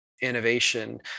innovation